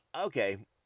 okay